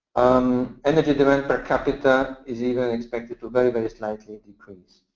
um energy demand per capita is even expected to very, very slightly decrease.